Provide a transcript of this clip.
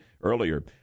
earlier